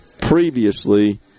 previously